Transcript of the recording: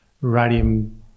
radium